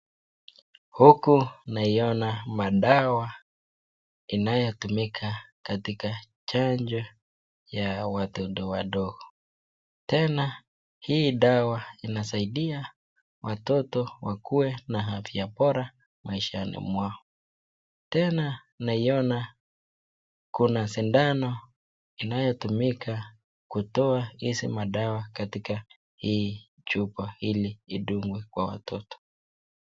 Huku naiona madawa inayotumika katika chanjo ya watoto wadogo. Tena hii dawa inasaidia watoto wakuwe na afya bora maishani mwao tena, naiona kuna sindano inayotumika kutoa hizi madawa katika hii chupa ili idungwe kwa mtoto.